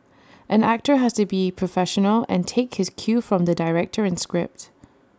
an actor has to be professional and take his cue from the director and script